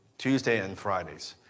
tuesday and fridays.